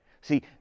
See